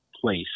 place